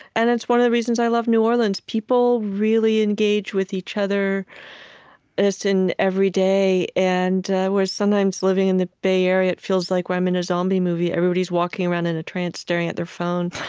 and it's one of the reasons i love new orleans. people really engage with each other as in every day. and where sometimes living in the bay area, it feels like i'm in a zombie movie. everybody's walking around in a trance, staring at their phone.